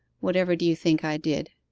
what ever do you think i did?